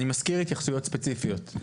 אני מזכיר, התייחסויות ספציפיות.